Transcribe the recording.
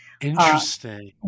Interesting